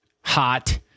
hot